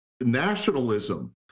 nationalism